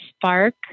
spark